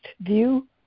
view